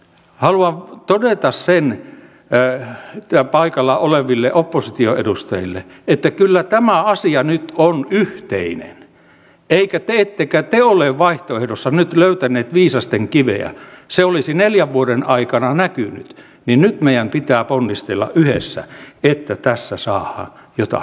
haluan todeta sen paikalla oleville opposition edustajille että kyllä tämä asia nyt on yhteinen ettekä te ole vaihtoehdossanne nyt löytäneet viisasten kiveä se olisi neljän vuoden aikana näkynyt joten nyt meidän pitää ponnistella yhdessä että tässä saadaan jotakin aikaan